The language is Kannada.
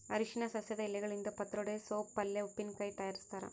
ಅರಿಶಿನ ಸಸ್ಯದ ಎಲೆಗಳಿಂದ ಪತ್ರೊಡೆ ಸೋಪ್ ಪಲ್ಯೆ ಉಪ್ಪಿನಕಾಯಿ ತಯಾರಿಸ್ತಾರ